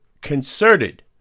Concerted